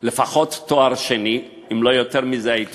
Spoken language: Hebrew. לפחות תואר שני אם לא יותר מזה.